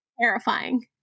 terrifying